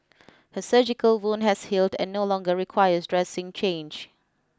her surgical wound has healed and no longer requires dressing change